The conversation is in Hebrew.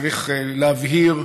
צריך להבהיר,